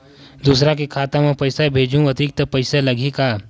दूसरा के खाता म पईसा भेजहूँ अतिरिक्त पईसा लगही का?